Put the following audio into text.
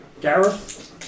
Gareth